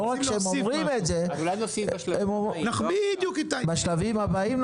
אז אולי נוסיף בשלבים הבאים.